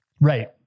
Right